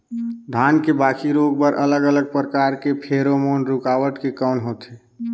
धान के बाकी रोग बर अलग अलग प्रकार के फेरोमोन रूकावट के कौन होथे?